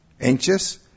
anxious